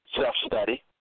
self-study